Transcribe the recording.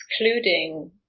excluding